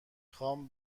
خوام